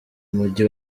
mujyi